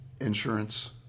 insurance